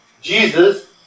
Jesus